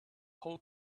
whole